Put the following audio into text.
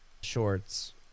shorts